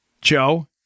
Joe